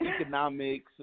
economics